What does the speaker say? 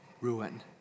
ruin